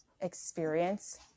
experience